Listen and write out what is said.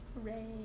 Hooray